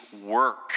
work